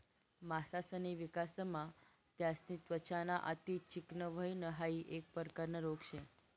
मासासनी विकासमा त्यासनी त्वचा ना अति चिकनं व्हयन हाइ एक प्रकारना रोग शे